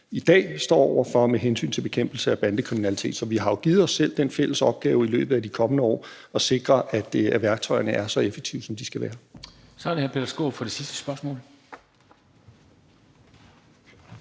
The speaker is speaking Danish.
i dag står over for med hensyn til bekæmpelsen af bandekriminalitet.« Så vi har jo givet os selv den fælles opgave i løbet af de kommende år at sikre, at værktøjerne er så effektive, som de skal være. Kl. 13:36 Formanden (Henrik Dam Kristensen): Så